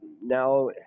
now